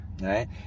right